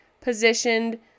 positioned